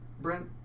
Brent